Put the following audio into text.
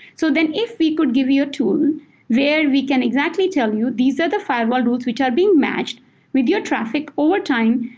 so then if we could give you a tool where we can exactly tell you, these are the firewall rules which are being matched with your traffic overtime,